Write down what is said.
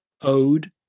ode